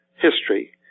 history